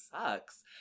sucks